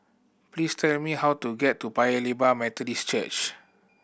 please tell me how to get to Paya Lebar Methodist Church